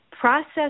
process